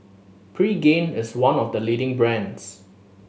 pregain is one of the leading brands